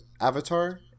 avatar